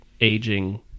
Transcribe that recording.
aging